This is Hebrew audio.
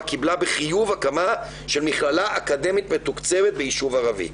קיבלה בחיוב הקמה של מכללה אקדמית מתוקצבת ביישוב ערבי.